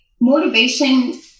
Motivation